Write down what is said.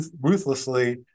ruthlessly